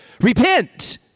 Repent